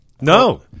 no